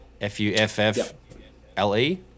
F-U-F-F-L-E